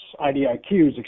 IDIQs